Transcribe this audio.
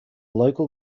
local